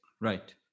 Right